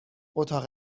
اتاق